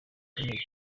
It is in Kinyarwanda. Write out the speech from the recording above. zikomeye